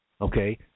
Okay